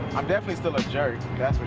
i'm definitely still a jerk, that's for